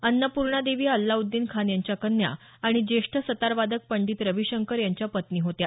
अन्नपूर्णादेवी या अल्लाउद्दीन खान यांच्या कन्या आणि ज्येष्ठ सतारवादक पंडित रविशंकर यांच्या पत्नी होत्या